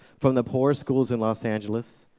from the poorest schools in los angeles,